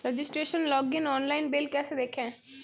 Registration login online bill कैसे देखें?